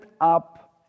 up